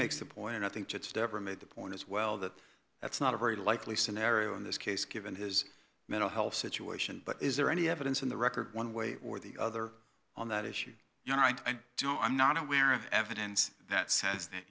makes the point and i think judge debra made the point as well that that's not a very likely scenario in this case given his mental health situation but is there any evidence in the record one way or the other on that issue you know i don't i'm not aware of evidence that says that